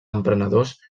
emprenedors